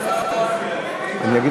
ההצעה להעביר